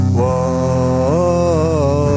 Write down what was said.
Whoa